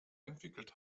entwickelt